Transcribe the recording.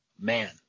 man